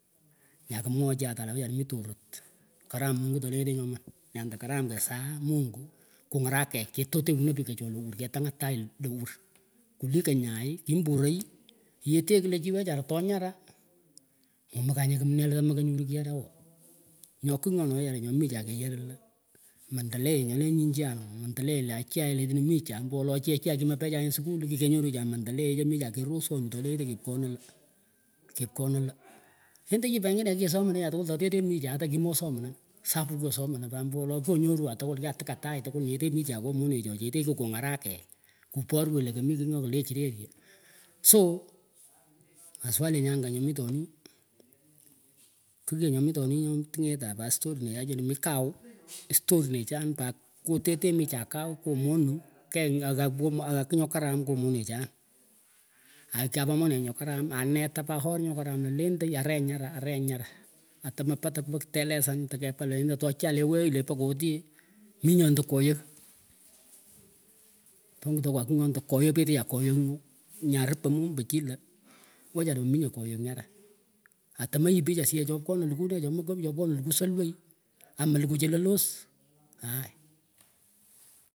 Nyah kohmwooh chi tay la wechacharah mih torot karam mungu tolenyetinyih nyoman nyadan karam kesagh mungu kungarakech ketokunah pikachoh lewur ketagha tagh lewur ku; liko nyay kimburay yeteh klah chih wechara to nyarah momakanyeh kimneh lah temakanyoruh kiyarah lah maendeleo nyolah nyinjah noh nandeleo lo achah letinah mihchah mbo wolo chechan chi mapechah skull kikehnyoruchah mandeleo michah kerosunuh tolenyeteh kepkwonah lah kepkonah lah endechi pengineh kikesomanacha tkwul toteh michah atah kimasomenah supuh kyosomana pat mbo wolo kyonyorwah tkwull kyatikah tag tkwull nyetteh michah ngo monechoh chetteh kikungarekech kupor weh lah kemi kigh nyo kaleh chiregah so maswali nye angah nyoh mitonih kigh yeh nyo mitonih nyon tingetan pat storinech chinah mih kawh historihechan pat kuteteh michah kawh ngo moning keyh agha kigh nyo karam ngoh karam ngoh monechan akyapah monechuh nyoh karam anebah pat horr nyo karam lah lendey areh nyarah aren nyarah atamapah the taku telesan takepah lentoh cha leh way pokoti mih nyondah koyagh tongitakwan kigh nyondah koyagh petechah koyagh nyu nyaripan mombah chilah wechara memingeh koyagh nyarah atemeyip pich asiyech ooh chopkonah likuh neeh chopkonoh likuh salway amelikuh chelolosai.